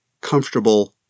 comfortable